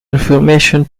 information